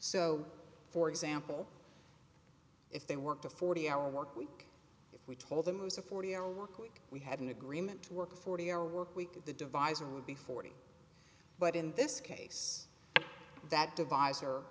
so for example if they worked a forty hour work week if we told them it was a forty hour work week we had an agreement to work forty hour work week the divisor would be forty but in this case that divisor